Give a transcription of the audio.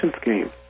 scheme